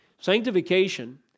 Sanctification